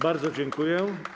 Bardzo dziękuję.